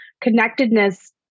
Connectedness